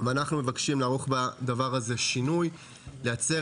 ואנחנו מבקשים לערוך בדבר הזה שינוי ולייצר